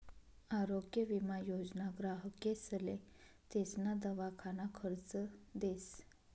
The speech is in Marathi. आरोग्य विमा योजना ग्राहकेसले तेसना दवाखाना खर्च देस